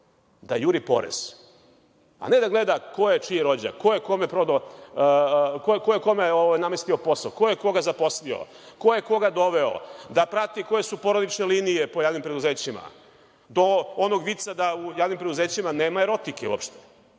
da juri porez, a ne da gleda ko je čiji rođak, ko je kome namestio posao, ko je koga zaposlio, ko je koga doveo, da prati koje su porodične linije po javnim preduzećima, do onog vica da u javnim preduzećima nema erotike uopšte,